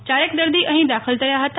યારેક દર્દી અહીં દાખલ થયા હતા